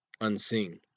Unseen